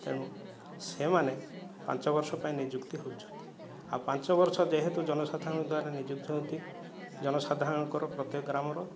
ତେଣୁ ସେମାନେ ପାଞ୍ଚବର୍ଷ ପାଇଁ ନିଯୁକ୍ତି ହେଉଛନ୍ତି ଆଉ ପାଞ୍ଚବର୍ଷ ଯେହେତୁ ଜନସାଧାରଣଙ୍କ ଦ୍ଵାରା ନିଯୁକ୍ତି ହୁଅନ୍ତି ଜନସାଧାରଣଙ୍କ ପ୍ରତ୍ୟେକ ଗ୍ରାମର